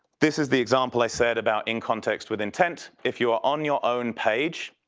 this is the example i said about in context with intent. if you are on your own page,